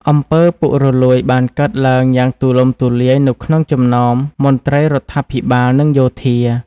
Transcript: អំពើពុករលួយបានកើតមានឡើងយ៉ាងទូលំទូលាយនៅក្នុងចំណោមមន្ត្រីរដ្ឋាភិបាលនិងយោធា។